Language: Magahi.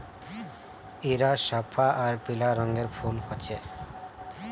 इरा सफ्फा आर पीला रंगेर फूल होचे